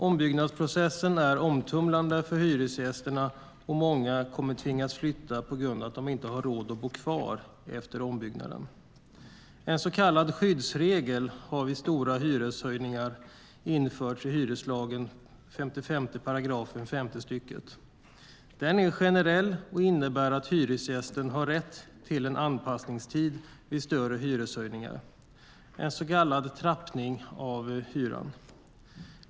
Ombyggnadsprocessen är omtumlande för hyresgästerna, och många kommer att tvingas flytta på grund av att de inte har råd att bo kvar efter ombyggnaden. En så kallad skyddsregel vid stora hyreshöjningar har införts i hyreslagen 55 § femte stycket. Den är generell och innebär att hyresgästen har rätt till en anpassningstid vid större hyreshöjningar - en så kallad trappning av hyran.